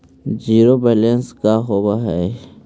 Zero balance का होव हइ?